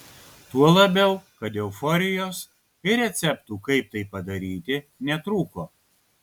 tuo labiau kad euforijos ir receptų kaip tai padaryti netrūko